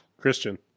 Christian